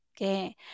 Okay